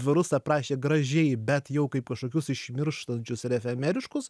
dvarus aprašė gražiai bet jau kaip kažkokius išmirštančius ar efemeriškus